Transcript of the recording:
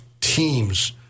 teams